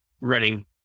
running